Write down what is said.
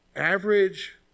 Average